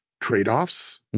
trade-offs